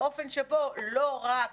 באופן שבו לא רק